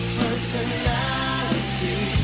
personality